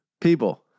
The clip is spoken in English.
People